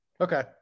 Okay